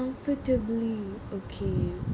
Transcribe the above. comfortably okay